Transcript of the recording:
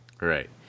Right